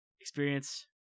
experience